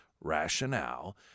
rationale